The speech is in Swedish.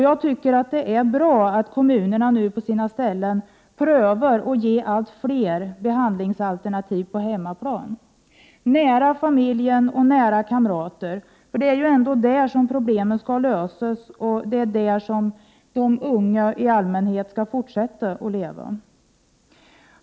Jag tycker att det är bra att en del kommuner prövar att ge allt fler behandlingsalternativ på hemmaplan. Det är nära familjen och kamrater som problemen ändå skall lösas, och det är där de unga i allmänhet skall fortsätta att leva.